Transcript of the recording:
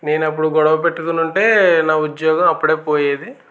నేను అప్పుడు గొడవ పెట్టుకొని ఉంటే నా ఉద్యోగం అప్పుడే పోయేది